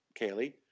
Kaylee